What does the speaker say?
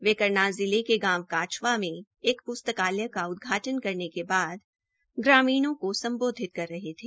वे करनाल जिले के गांव काछवा में एक प्स्त्कालय का उदघाटन करने के बद ग्रामीणों को सम्बोधित कर रहे थे